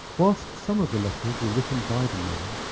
whilst some of the letters were written by the men,